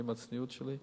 עם הצניעות שלי,